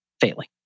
failing